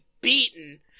beaten